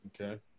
Okay